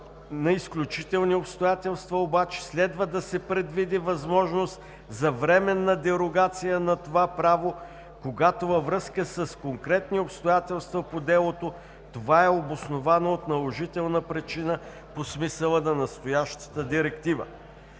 на изключителни обстоятелства следва да се предвиди възможност за временна дерогация на това право, когато във връзка с конкретни обстоятелства по делото това е обосновано от наложителна причина по смисъла на настоящата Директива.“